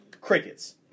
crickets